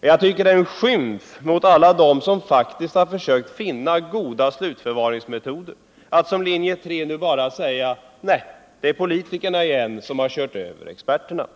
Jag tycker att det är en skymf mot alla dem som faktiskt har försökt finna goda slutförvaringsmetoder att i likhet med linje 3 säga att det är politikerna som har kört över experterna.